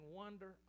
wonder